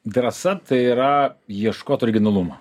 drąsa tai yra ieškot originalumo